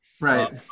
right